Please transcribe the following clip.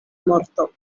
morto